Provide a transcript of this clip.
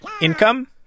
income